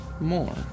more